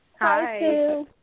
Hi